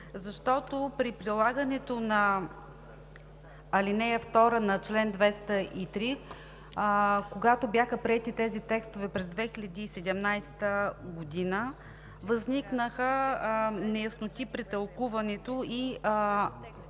Защото при прилагането на ал. 2 на чл. 203, когато бяха приети тези текстове през 2017 г., възникнаха неясноти при тълкуването и